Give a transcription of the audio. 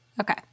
Okay